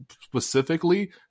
specifically